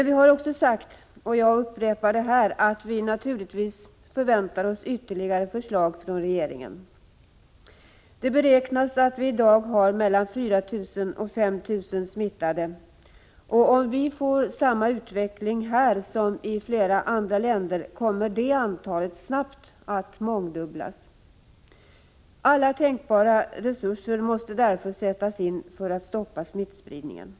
Vi har emellertid sagt, och jag upprepar det här, att vi naturligtvis förväntar oss ytterligare förslag från regeringen. Det beräknas att vi i dag har 4 000-5 000 smittade, och om vi får samma utveckling här som man har haft i flera andra länder kommer detta antal snabbt att mångdubblas. Alla tänkbara resurser måste därför sättas in för att stoppa smittspridningen. Prot.